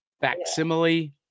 facsimile